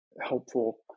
helpful